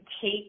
take